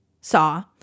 saw